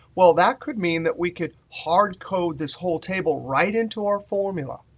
well that could mean that we could hardcode this whole table right into our formula.